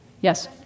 Yes